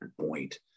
point